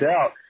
out